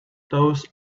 those